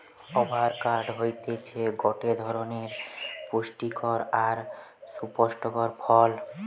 avocado হতিছে গটে ধরণের পুস্টিকর আর সুপুস্পক ফল